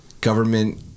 government